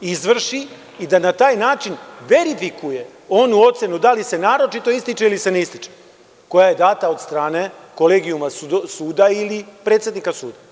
izvrši i da na taj način verifikuje onu ocenu da li se „naročito ističe“ ili se „ne ističe“, koja je data od strane kolegijuma suda ili predsednika suda.